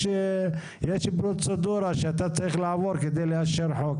יש פרוצדורה שאתה צריך לעבור כדי לאשר חוק,